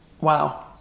Wow